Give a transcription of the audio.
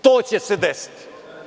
To će se desiti.